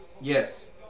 Yes